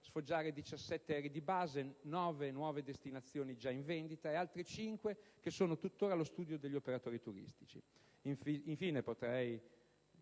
sfoggiare 17 aerei di base, nove nuove destinazioni già in vendita ed altre cinque che sono tuttora allo studio degli operatori turistici. Infine, ma potrei